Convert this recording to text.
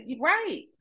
Right